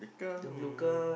come